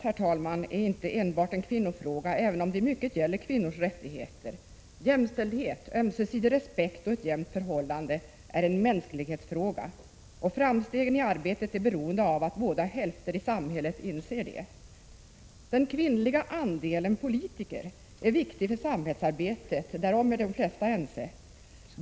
Jämställdhet är inte enbart en kvinnofråga, även om det i mycket gäller kvinnors rättigheter. Jämställdhet — ömsesidig respekt och ett jämnt förhållande — är en mänsklighetsfråga, och framstegen i arbetet är beroende av att båda hälfter i samhället inser det. Den kvinnliga andelen politiker är viktig för samhällsarbetet, därom är de flesta ense.